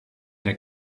der